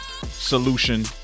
solution